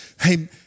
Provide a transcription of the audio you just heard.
hey